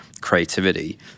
creativity